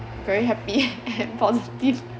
very happy and positive